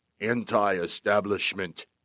anti-establishment